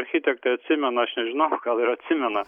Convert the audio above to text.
architektė atsimena aš nežinau gal ir atsimena